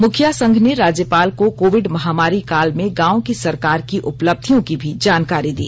मुखिया संघ ने राज्यपाल को कोविड महामारी काल में गांव की सरकार की उपलब्धियों की भी जानकारी दी